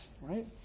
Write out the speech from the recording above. Right